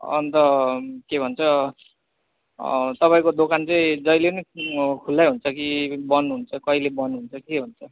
अन्त के भन्छ तपाईँको दोकान चाहिँ जहिले नि खुल्लै हुन्छ कि बन्द हुन्छ कहिले बन्द हुन्छ के हुन्छ